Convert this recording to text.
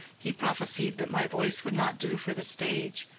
he prophesied that my voice would not do for the stage.